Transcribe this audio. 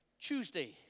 Tuesday